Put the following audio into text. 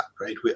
right